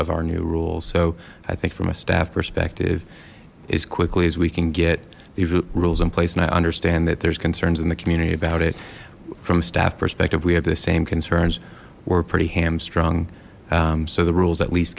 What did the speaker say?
of our new rules so i think from a staff perspective as quickly as we can get these rules in place and i understand that there's concerns in the community about it from a staff perspective we have the same concerns or pretty hamstrung so the rules at least